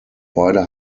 beide